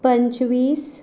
पंचवीस